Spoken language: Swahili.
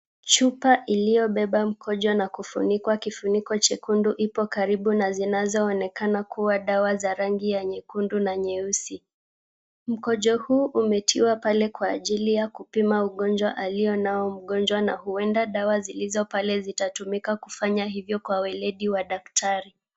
Chupa iliyobeba mkojo na kufunikwa kifuniko chekundu ipo karibu na zinazoonekana kuwa dawa za rangi ya nyekundu na nyeusi. Mkojo huu umetiwa pale kwa ajili ya kupima ugonjwa alionao mgonjwa na huenda dawa zilizo pale zitatumika kufanya hivyo kwa weledi wa daktari.